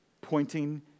pointing